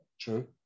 True